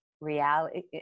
reality